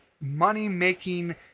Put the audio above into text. money-making